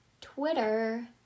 Twitter